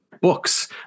books